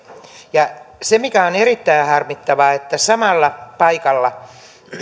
se mikä on erittäin harmittavaa on että samalla paikalla